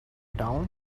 town